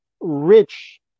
rich